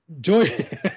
Joy